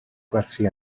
gwerthu